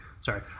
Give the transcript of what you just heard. Sorry